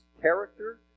character